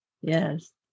yes